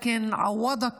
האפשר.